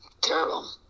terrible